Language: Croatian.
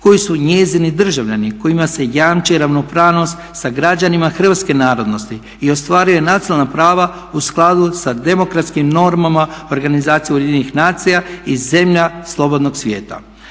koji su njezini državljani kojima se jamči ravnopravnost sa građanima hrvatske narodnosti i ostvaruje nacionalna prava u skladu sa demokratskim normama Organizacije Ujedinjenih nacija i zemlja slobodnog svijeta.